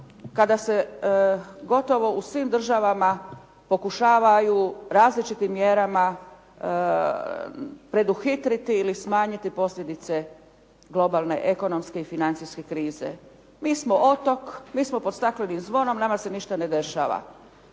kada se gotovo u svim državama pokušavaju različitim mjerama preduhitriti ili smanjiti posljedice globalne ekonomske i financijske krize. Mi smo otok, mi smo pod staklenim zvonom, nama se ništa ne dešava.